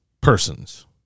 persons